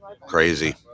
Crazy